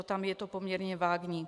Tam je to poměrně vágní.